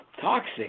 Toxic